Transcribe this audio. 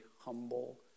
humble